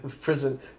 prison